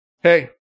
Hey